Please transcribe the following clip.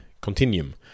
continuum